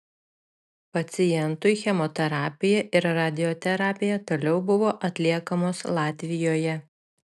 pacientui chemoterapija ir radioterapija toliau buvo atliekamos latvijoje